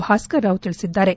ಭಾಸ್ಕರರಾವ್ ತಿಳಿಸಿದ್ದಾರೆ